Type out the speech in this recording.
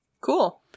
cool